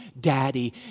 daddy